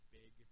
big